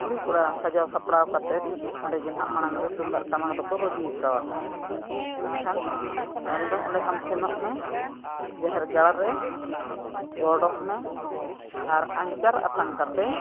ᱠᱩᱲᱤᱼᱠᱚᱲᱟ ᱥᱟᱡᱟᱣ ᱥᱟᱯᱲᱟᱣ ᱠᱟᱛᱮᱫ ᱚᱸᱰᱮᱜᱮ ᱦᱟᱸᱜ ᱢᱟᱲᱟᱝ ᱨᱮ ᱛᱩᱢᱫᱟᱜ ᱴᱟᱢᱟᱠ ᱫᱚᱠᱚ ᱵᱟᱹᱜᱤᱭᱟᱠᱟᱫᱼᱟ ᱮᱱᱠᱷᱟᱱ ᱛᱟᱭᱚᱢ ᱫᱚ ᱚᱸᱰᱮ ᱟᱢ ᱥᱮᱱᱚᱜ ᱢᱮ ᱡᱟᱦᱮᱨ ᱜᱟᱲ ᱨᱮ ᱜᱚᱰᱚᱜ ᱢᱮ ᱟᱨ ᱟᱧᱪᱟᱨ ᱟᱛᱟᱝ ᱠᱟᱛᱮᱫ